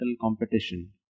competition